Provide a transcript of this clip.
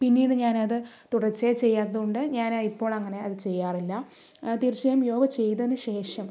പിന്നീട് ഞാൻ അത് തുടർച്ചയായി ചെയ്യാത്തതുകൊണ്ട് ഞാൻ ഇപ്പോൾ അങ്ങനെ അത് ചെയ്യാറില്ല തീർച്ചയായും യോഗ ചെയ്തതിന് ശേഷം